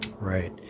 right